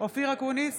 אופיר אקוניס,